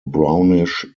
brownish